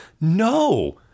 no